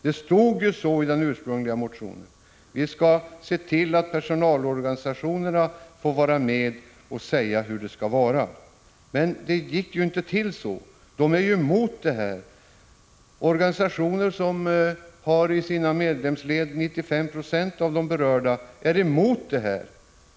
Det stod ju i den ursprungliga motionen att man skulle se till att personalorganisationerna fick vara med och säga hur det skall vara. Men det gick inte till så. Organisationer som i sina medlemsled har 95 96 av de berörda är emot bolagsbildningen.